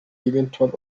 irgendwann